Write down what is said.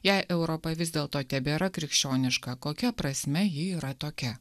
jei europa vis dėlto tebėra krikščioniška kokia prasme ji yra tokia